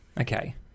Okay